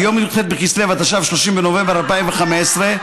ביום י"ח בכסלו התשע"ו, 30 בנובמבר 2015,